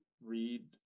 read